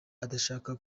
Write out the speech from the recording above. adashaka